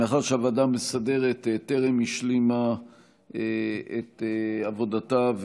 מאחר שהוועדה המסדרת טרם השלימה את עבודתה,